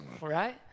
Right